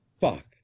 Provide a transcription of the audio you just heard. Fuck